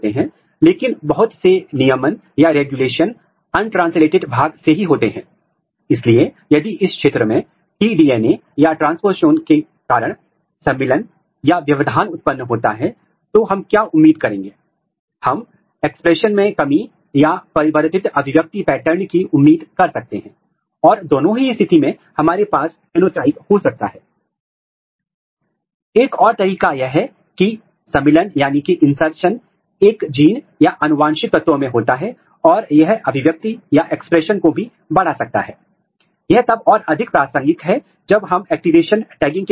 और फिर यदि आप इस तरह के कंस्ट्रक्ट को उत्पन्न करते हैं तो इसे ट्रांसक्रिप्शनल ट्यूशन कंस्ट्रक्ट कहते हैं और यह कंस्ट्रक्ट आपको बताएगा कि प्रमोटर एक्टिविटी डोमेन कहां है और विराम लेकिन इस अकेले का उपयोग नहीं किया जा सकता है क्योंकि पौधों में ज्यादातर समय यह देखा गया है कि प्रमोटर बहुत ही स्थानिक नहीं होते हैं कुछ CIS नियामक तत्व हैं जो प्रमोटर गतिविधि के लिए आवश्यक हैं और वे जीन के भीतर भी पाए जाते हैं कभी कभी इंट्रॉन में